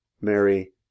Mary